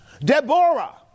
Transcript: Deborah